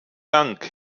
dank